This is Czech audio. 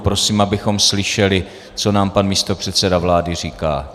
Prosím, abychom slyšeli, co nám pan místopředseda vlády říká.